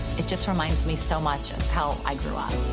it just reminds me so much of how i grew up.